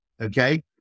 okay